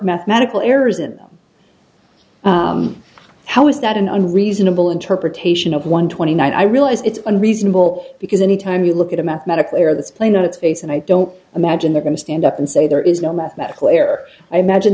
mathematical errors in how is that an reasonable interpretation of one twenty nine i realize it's unreasonable because any time you look at a mathematical error that's plain on its face and i don't imagine they're going to stand up and say there is no mathematical error i imagine